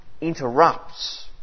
interrupts